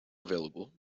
available